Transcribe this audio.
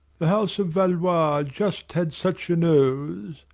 the house of valois just had such a nose,